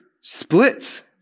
splits